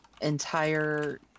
Entire